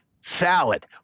Salad